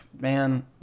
Man